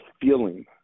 feeling